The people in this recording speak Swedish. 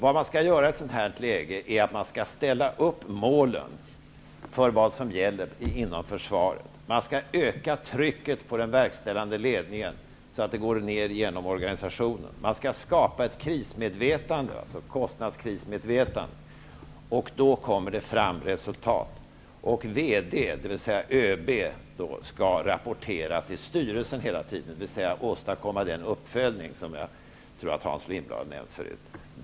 Vad man skall göra i ett sådant här läge är att ställa upp målen för vad som gäller inom försvaret, man skall öka trycket på den verkställande ledningen så att det går ner genom organisationen, och man skall skapa ett krismedvetande -- ett medvetande om kostnaderna. Då kommer det fram resultat. VD, dvs. ÖB, skall hela tiden rapportera till styrelsen, dvs. åstadkomma den uppföljning som jag tror att Hans Lindblad har nämnt förut.